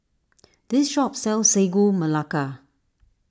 this shop sells Sagu Melaka